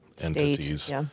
Entities